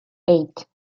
eight